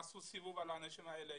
עשו סיבוב על האנשים האלה,